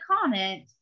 comment